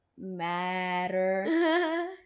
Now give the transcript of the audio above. matter